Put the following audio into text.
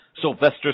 Sylvester